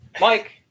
Mike